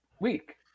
week